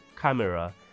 camera